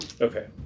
okay